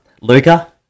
Luca